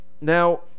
Now